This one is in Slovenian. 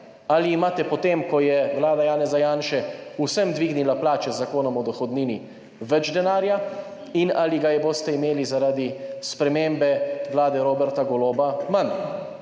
Ali imate potem, ko je vlada Janeza Janše vsem dvignila plače z Zakonom o dohodnini, več denarja? Ali ga je boste imeli zaradi spremembe vlade Roberta Goloba manj?